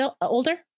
older